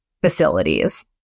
facilities